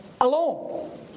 alone